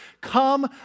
Come